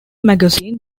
magazine